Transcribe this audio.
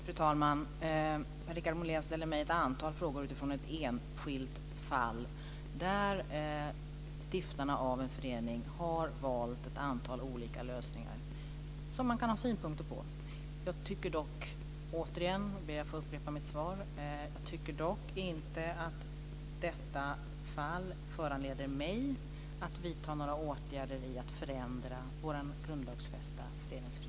Fru talman! Per-Richard Molén ställer mig ett antal frågor utifrån ett enskilt fall, där stiftarna av en förening har valt ett antal olika lösningar som man kan ha synpunkter på. Jag tycker dock inte - återigen ber jag att få upprepa mitt svar - att detta fall föranleder mig att vidta några åtgärder i form av förändringar av vår grundlagsfästa föreningsfrihet i Sverige.